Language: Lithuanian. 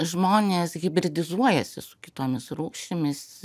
žmonės hibridizuojasi su kitomis rūšimis